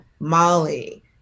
Molly